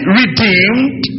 redeemed